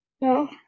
No